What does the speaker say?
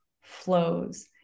flows